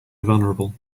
vulnerable